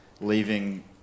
leaving